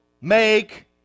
make